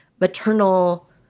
maternal